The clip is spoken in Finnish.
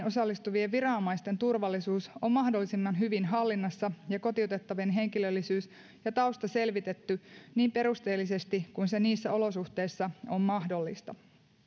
osallistuvien viranomaisten turvallisuus on mahdollisimman hyvin hallinnassa ja kotiutettavien henkilöllisyys ja tausta selvitetty niin perusteellisesti kuin se niissä olosuhteissa on mahdollista